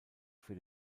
für